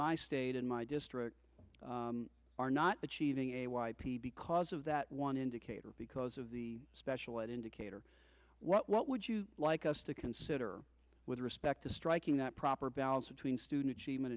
my state in my district are not achieving a y p because of that one indicator because of the special ed indicator what would you like us to consider with respect to striking that proper balance between student achievement